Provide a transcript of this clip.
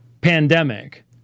pandemic